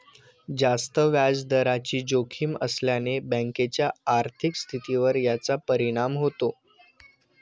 जास्त व्याजदराची जोखीम असल्याने बँकेच्या आर्थिक स्थितीवर याचा परिणाम होतो